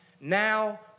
now